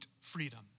freedom